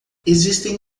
existem